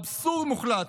אבסורד מוחלט.